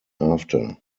after